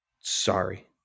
Sorry